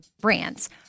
brands